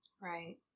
Right